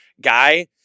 guy